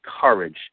courage